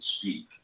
speak